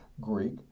Greek